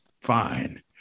fine